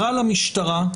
זה בהתאם להנחיות המשטרה,